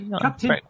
Captain